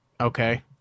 Okay